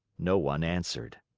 no one answered.